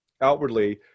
outwardly